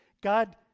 God